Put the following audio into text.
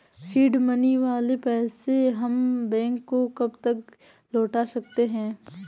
Seed money वाले पैसे हम बैंक को कब तक लौटा सकते हैं?